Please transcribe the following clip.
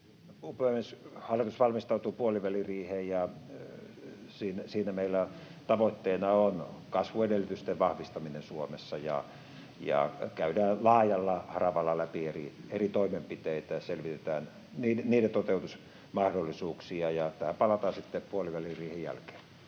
Hallitus valmistautuu puoliväliriiheen, ja siinä meillä on tavoitteena kasvuedellytysten vahvistaminen Suomessa, ja käydään laajalla haravalla läpi eri toimenpiteitä ja selvitetään niiden toteutusmahdollisuuksia. Tähän palataan sitten puoliväliriihen jälkeen.